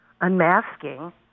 unmasking